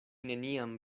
neniam